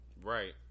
Right